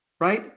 Right